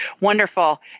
Wonderful